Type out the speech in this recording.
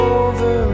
over